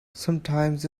sometimes